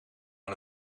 aan